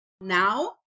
now